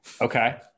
Okay